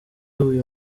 uyu